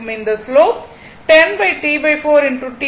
இந்த slope 10 T4 t ஆகும்